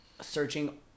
searching